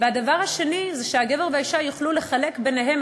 והדבר השני הוא שהגבר והאישה יוכלו לחלק ביניהם